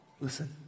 Listen